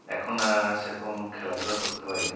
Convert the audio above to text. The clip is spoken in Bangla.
এখন আর সেরকম খেলাধুলা করতে পারি না